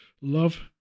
love